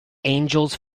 angels